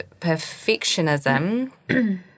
perfectionism